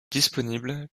disponible